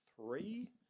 three